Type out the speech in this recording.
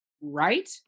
Right